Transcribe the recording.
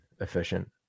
efficient